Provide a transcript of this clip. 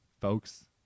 Folks